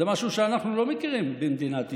זה משהו שאנחנו לא מכירים במדינת ישראל,